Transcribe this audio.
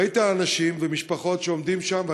ראית אנשים ומשפחות שעומדים שם,